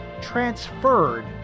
transferred